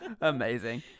Amazing